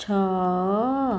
ଛଅ